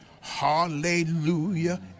hallelujah